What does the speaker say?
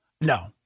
No